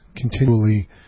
continually